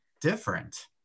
different